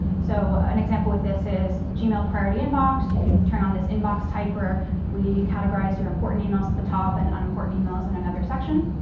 so an example with this is gmail priority inbox. you can turn on this inbox type where we categorize your important emails at the top and unimportant emails in another section.